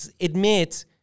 admit